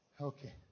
Okay